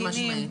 חד משמעית.